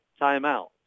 timeout